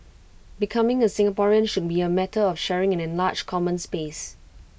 becoming A Singaporean should be A matter of sharing an enlarged common space